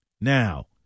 Now